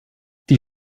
die